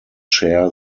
share